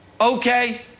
okay